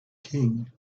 king